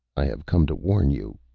i have come to warn you.